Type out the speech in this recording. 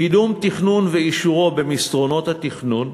קידום תכנון ואישורו במוסדות התכנון,